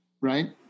right